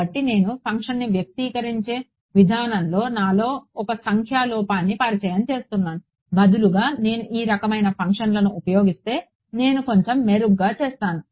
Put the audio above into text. కాబట్టి నేను ఫంక్షన్ను వ్యక్తీకరించే విధానంలో నాలో ఒక సంఖ్యా లోపాన్ని పరిచయం చేస్తున్నాను బదులుగా నేను ఈ రకమైన ఫంక్షన్లను ఉపయోగిస్తే నేను కొంచెం మెరుగ్గా చేస్తున్నాను